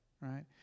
right